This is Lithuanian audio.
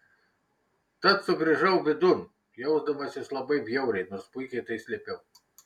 tad sugrįžau vidun jausdamasis labai bjauriai nors puikiai tai slėpiau